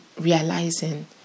realizing